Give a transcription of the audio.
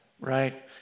right